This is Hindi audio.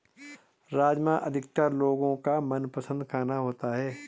राजमा अधिकतर लोगो का मनपसंद खाना होता है